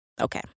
Okay